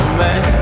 man